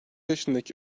yaşındaki